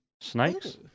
Snakes